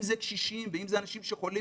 אם זה קשישים ואם זה אנשים שחולים